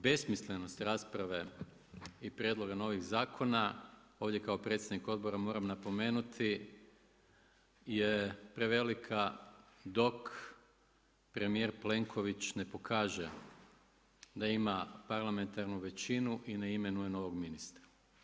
Besmislenost rasprave i prijedloga novih zakona ovdje kao predsjednik Odbora moram napomenuti je prevelika dok premijer Plenković ne pokaže da ima parlamentarnu većinu i ne imenuje novog ministra.